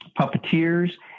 puppeteers